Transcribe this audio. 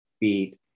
beat